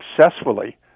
successfully